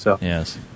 Yes